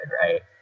right